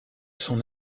son